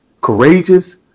courageous